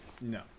No